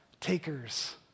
takers